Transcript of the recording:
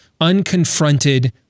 unconfronted